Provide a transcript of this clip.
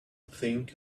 think